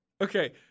Okay